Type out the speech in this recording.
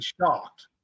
shocked